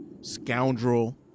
Scoundrel